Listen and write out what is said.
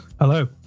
Hello